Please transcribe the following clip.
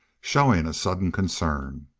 showing a sudden concern.